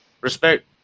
Respect